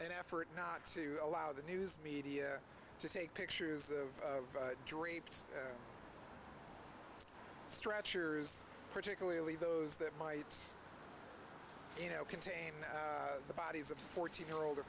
n effort not to allow the news media to take pictures of draped stretchers particularly those that might you know contain the bodies of fourteen year old